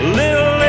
little